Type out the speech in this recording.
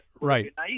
Right